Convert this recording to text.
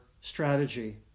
strategy